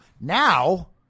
Now